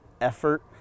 effort